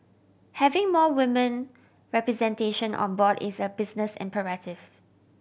having more women representation on board is a business imperative